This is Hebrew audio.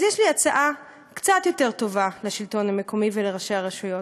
אז יש לי הצעה קצת יותר טובה לשלטון המקומי ולראשי הרשויות: